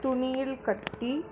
துணியில் கட்டி